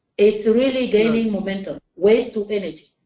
it's really gaining momentum, waste to energy.